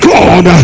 God